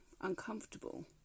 uncomfortable